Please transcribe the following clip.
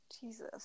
Jesus